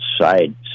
side